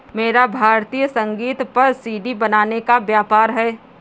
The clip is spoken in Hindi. मेरा भारतीय संगीत पर सी.डी बनाने का व्यापार है